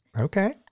Okay